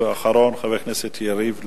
אחרון, חבר הכנסת יריב לוין.